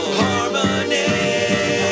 harmony